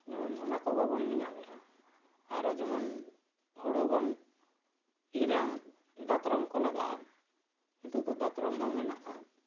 ᱡᱮᱢᱚᱱ ᱚᱱᱟ ᱠᱚ ᱵᱟᱵᱚᱱ ᱧᱮᱧᱟᱢᱮᱜᱼᱟ ᱟᱨᱚ ᱡᱮᱢᱚᱱ ᱦᱳᱲᱳᱵᱚᱱ ᱤᱨᱟ ᱫᱟᱛᱨᱚᱢ ᱠᱚ ᱞᱟᱜᱟᱜᱼᱟ ᱱᱤᱛᱚᱜ ᱫᱚ ᱫᱟᱛᱨᱚᱢ ᱦᱚᱸ ᱢᱮᱱᱟᱜᱼᱟ